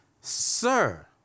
sir